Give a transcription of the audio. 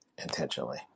intentionally